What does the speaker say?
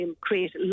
create